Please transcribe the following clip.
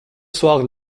soir